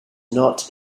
not